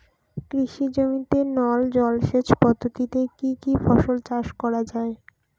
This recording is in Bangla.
কৃষি জমিতে নল জলসেচ পদ্ধতিতে কী কী ফসল চাষ করা য়ায়?